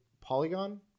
Polygon